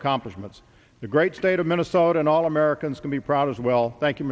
accomplishments the great state of minnesota and all americans can be proud as well thank you